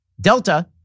Delta